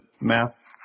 math